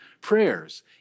prayers